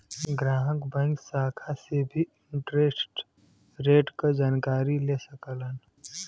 ग्राहक बैंक शाखा से भी इंटरेस्ट रेट क जानकारी ले सकलन